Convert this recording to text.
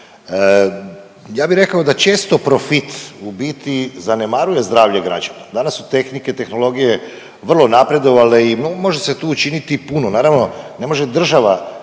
Ja bih rekao da često profit u biti zanemaruje zdravlje građana. Danas su tehnike, tehnologije vrlo napredovale i može se tu učiniti puno. Naravno, ne može država